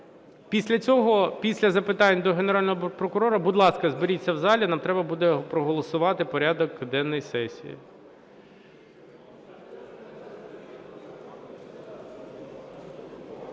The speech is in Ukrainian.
Після цього, після запитань до Генерального прокурора, будь ласка, зберіться в залі, нам треба буде проголосувати порядок денний сесії.